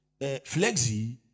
flexi